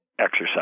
exercise